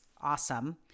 awesome